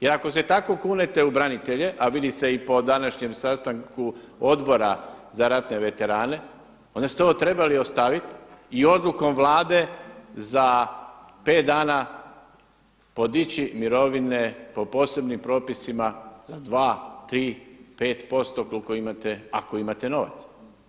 Jer ako se tako kunete u branitelje, a vidi se i po današnjem sastanku Odbora za ratne veterane, onda ste ovo trebali ostaviti i odlukom Vlade za 5 dana podići mirovine po posebnim propisima za 2, 3, 5% koliko imate, ako imate novaca.